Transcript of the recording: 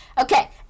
Okay